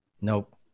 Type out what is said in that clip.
Nope